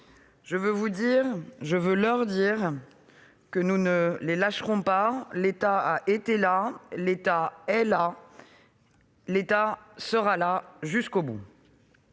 je veux leur dire que nous ne les lâcherons pas. L'État a été là ; l'État est là ; l'État sera là jusqu'au bout.